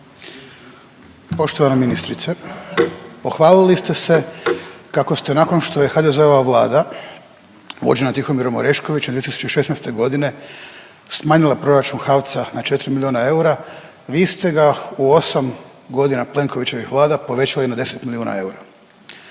Poštovana ministrice pohvalili ste se kako ste nakon što je HDZ-ova Vlada vođena Tihomirom Oreškovićem 2016. godine smanjila proračuna HAVC-a na 4 milijona eura. Vi ste ga u 8 godina Plenkovićevih vlada povećali na 10 milijuna eura.